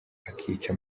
akica